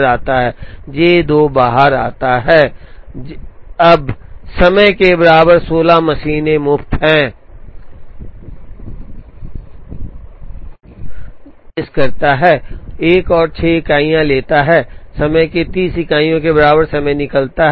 तो जे 3 में प्रवेश करता है इसलिए 16 प्लस 8 24 वह समय है जब जे 3 बाहर आता है इसलिए समय के बराबर 24 मशीन फिर से मुक्त होता है जे 4 में प्रवेश करता है एक और 6 इकाइयाँ लेता है समय की 30 इकाइयों के बराबर समय निकलता है